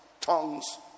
tongues